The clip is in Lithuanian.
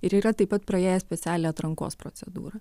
ir yra taip pat praėjęs specialią atrankos procedūrą